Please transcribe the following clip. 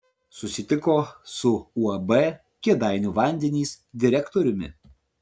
susitiko su uab kėdainių vandenys direktoriumi